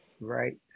right